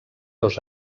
dos